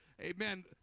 Amen